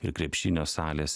ir krepšinio salės